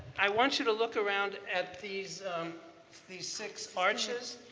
i want you to look around at these these six arches.